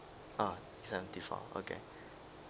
ah seventy four okay